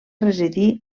residir